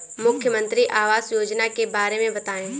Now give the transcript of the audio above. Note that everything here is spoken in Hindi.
मुख्यमंत्री आवास योजना के बारे में बताए?